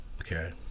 Okay